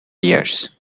years